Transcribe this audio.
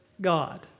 God